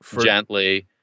gently